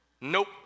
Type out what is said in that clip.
Nope